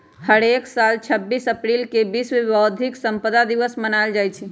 हरेक साल छब्बीस अप्रिल के विश्व बौधिक संपदा दिवस मनाएल जाई छई